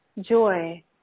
joy